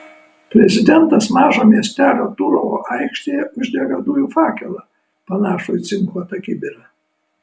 prezidentas mažo miestelio turovo aikštėje uždega dujų fakelą panašų į cinkuotą kibirą